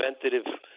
preventative